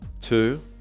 two